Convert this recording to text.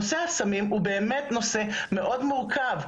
נושא הסמים הוא באמת נושא מאוד מורכב,